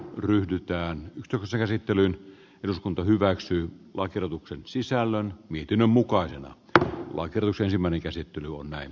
ryhdyttyään cruise käsittelyyn eduskunta hyväksyy asemassa mutta ei niin ratkaisevassa että kokonaan suuntaa määrää